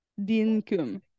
Dinkum